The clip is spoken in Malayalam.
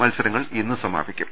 മത്സരങ്ങൾ ഇന്ന് അവസാനിക്കും